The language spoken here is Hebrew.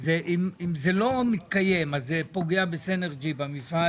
אם זה לא מתקיים אז זה פוגע בסינרג' במפעל